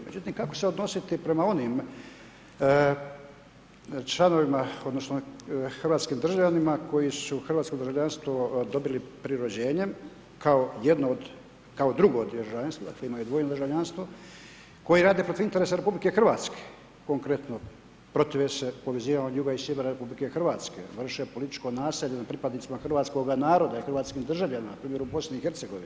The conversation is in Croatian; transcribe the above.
Međutim kako se odnositi prema onim članovima odnosno hrvatskim državljanima koji su hrvatsko državljanstvo dobili prirođenjem kao jedno od, kao drugo državljanstvo, dakle imaju dvojno državljanstvo koji rade protiv interesa RH, konkretno protive se povezivanju juga i sjevera RH, vrše političko nasilje nad pripadnicima hrvatskoga naroda i hrvatskim državljanima na primjer u BiH.